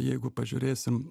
jeigu pažiūrėsim